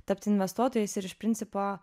tapti investuotojais ir iš principo